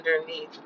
underneath